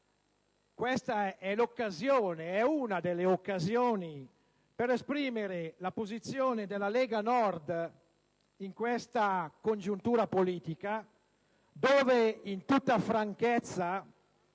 questa è l'occasione, o meglio è una delle occasioni, per esprimere la posizione della Lega Nord in questa congiuntura politica nella quale, in tutta franchezza,